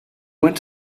went